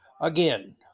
Again